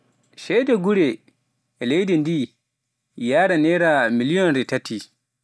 ceede guure e leydi ndi e yaare naira miliyonre taati.